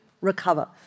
recover